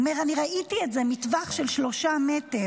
הוא אומר: "אני ראיתי את זה מטווח של שלושה מטרים,